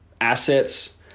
assets